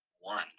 one